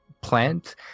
plant